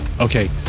Okay